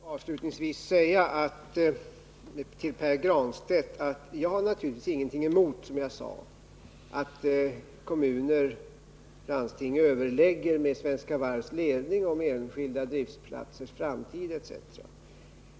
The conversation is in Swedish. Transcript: Herr talman! Får jag avslutningsvis säga till Pär Granstedt att jag, som jag sade, naturligtvis inte har någonting emot att kommuner och landsting överlägger med Svenska Varvs ledning om enskilda driftplatsers framtid etc.